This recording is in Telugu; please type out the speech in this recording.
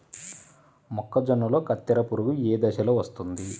మొక్కజొన్నలో కత్తెర పురుగు ఏ దశలో వస్తుంది?